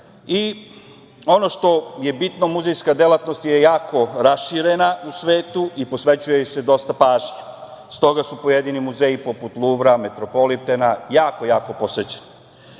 itd. Ono što je bitno, muzejska delatnost je jako raširena u svetu i posvećuje joj se dosta pažnje. S toga su pojedini muzeji poput Luvra, Metropolitena, jako posećeni. Muzeji